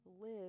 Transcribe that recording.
live